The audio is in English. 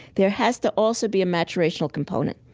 there has to also be a maturational component.